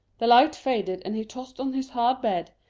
the light faded, and he tossed on his hard bed,